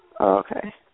okay